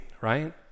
right